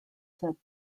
said